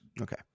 Okay